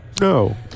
no